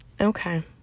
Okay